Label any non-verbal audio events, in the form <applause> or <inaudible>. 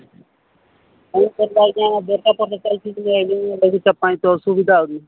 ହୁଁ କ'ଣ କଲେ ଆଜ୍ଞା ବେପାର ପତ୍ର ଚାଲିଛି ଟିକେ <unintelligible> ପାଇଁ ଅସୁବିଧା ଆହୁରି